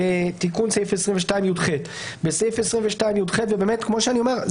תיקון סעיף 22יח. כמו שאני אומר,